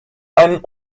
einen